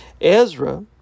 Ezra